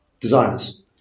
designers